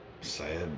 sad